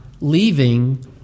leaving